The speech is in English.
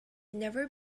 never